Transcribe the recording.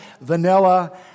vanilla